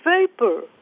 vapor